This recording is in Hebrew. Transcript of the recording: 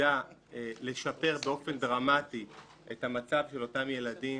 היחידה לשפר באופן דרמטי את המצב של אותם ילדים